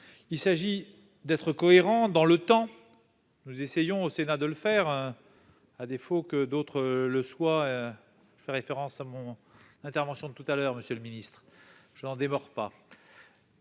Il s'agit d'être cohérent dans le temps. Nous essayons au Sénat de l'être, à défaut que d'autres le soient- je fais référence à mon intervention de tout à l'heure, monsieur le ministre, car je n'en démords pas